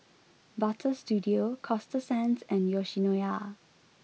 Butter Studio Coasta Sands and Yoshinoya